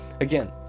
again